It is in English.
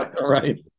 Right